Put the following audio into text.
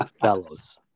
fellows